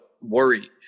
worry